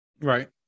right